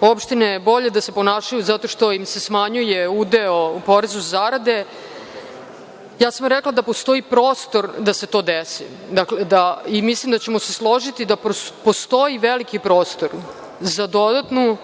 opštine bolje da se ponašaju zato što im se smanjuje udeo u porezu za zarade, ja sam rekla da postoji prostor da se to desi. Dakle, mislim da ćemo se složiti da postoji veliki prostor za dodatnu